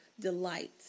delight